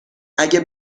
اگه